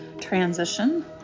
transition